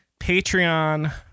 Patreon